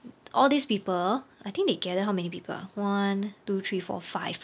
all these people I think they gather how many people ah one two three four five